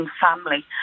family